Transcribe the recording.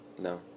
No